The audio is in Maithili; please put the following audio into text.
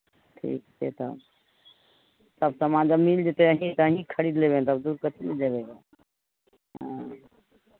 ठीक छै तब सभ सामान जब मिल जेतै अहीँ तऽ अहीँसँ खरीद लेबै तब दूर कथी ले जयबै रहए हँ